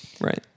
Right